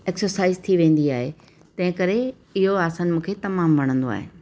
exercise थी वेंदी आहे तंहिं करे इहो आसन मूंखे तमामु वणंदो आहे